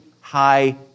high